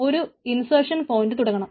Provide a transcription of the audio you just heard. എന്നിട്ട് ഒരു insertion point തുടങ്ങണം